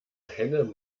machte